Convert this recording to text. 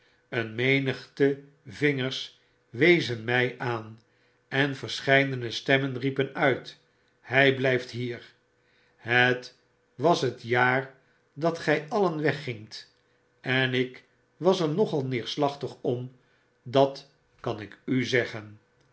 een menigte vingers wezen my aan en verscheidene stemmen riepenuit hij blyfthier het was het jaar dat gy alien weggingt en ik was er nogal neerslachtig om dat kan ik u zeggen